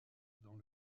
dans